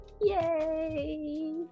Yay